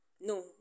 no